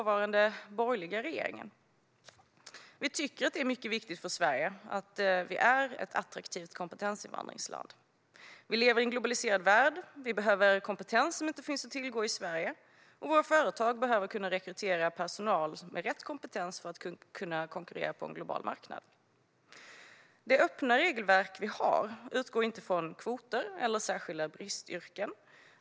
Vi tycker att det är mycket viktigt att Sverige är ett attraktivt kompetensinvandringsland. Vi lever i en globaliserad värld. Vi behöver kompetens som inte finns att tillgå i Sverige, och våra företag behöver kunna rekrytera personal med rätt kompetens för att kunna konkurrera på en global marknad. Det öppna regelverk vi har utgår inte från kvoter eller särskilda bristyrken.